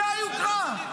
זאת היוקרה.